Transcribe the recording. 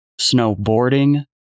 snowboarding